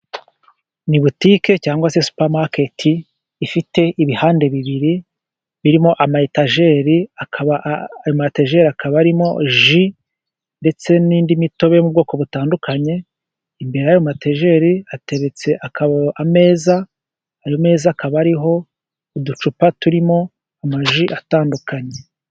Ni butike cyangwa supamaketi ifite ibihande bibiri birimo amayetajeri, ayo mayetajeri akaba arimo ji, ndetse n'indi mitobe yo mu bwoko butandukanye, imbere y'ayo matejeri, hateretse ameza, ayo meza akaba ariho uducupa turimo amaji atandukanye.